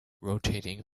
rotating